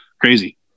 crazy